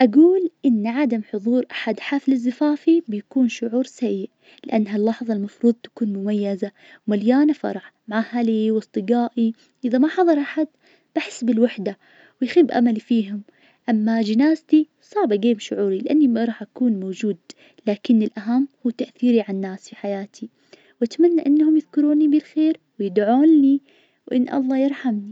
أقول إن عدم حظور أحد حفل زفافي بيكون شعور سيء لأن ها اللحظة المفروض تكون مميزة ومليانة فرح مع أهلي وأصدقائي. إذا ما حضر أحد بحس بالوحدة ويخيب أملي فيهم. أما جنازتي صعب أجيب شعوري لإني ما راح أكون موجود، لكن الأهم هو تأثيري عالناس في حياتي. وأتمنى إنهم يذكروني بالخير ويدعون لي وإن الله يرحمني.